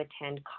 attend